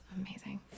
amazing